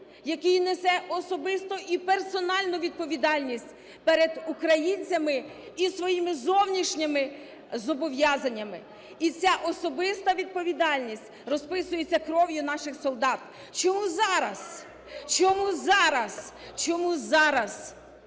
який несе особисту і персональну відповідальність перед українцями і своїми зовнішніми зобов'язаннями і ця особиста відповідальність розписується кров'ю наших солдат. Чому зараз? Чому зараз? Чому зараз?